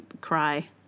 cry